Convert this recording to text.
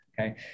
okay